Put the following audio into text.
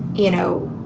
you know,